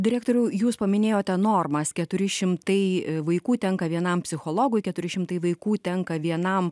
direktoriau jūs paminėjote normas keturi šimtai vaikų tenka vienam psichologui keturi šimtai vaikų tenka vienam